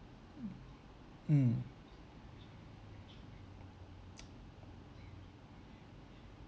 mm mm